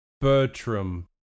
Bertram